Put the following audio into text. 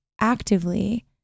actively